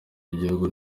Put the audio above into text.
igihugu